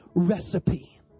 recipe